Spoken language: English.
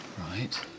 Right